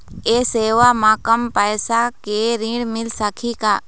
ये सेवा म कम पैसा के ऋण मिल सकही का?